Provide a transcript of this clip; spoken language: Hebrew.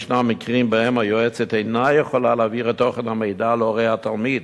ישנם מקרים שבהם היועצת אינה יכולה להעביר את תוכן המידע להורי התלמיד,